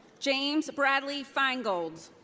james bradley feingold.